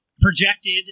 projected